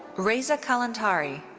reza kalantari.